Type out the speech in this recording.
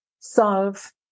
solve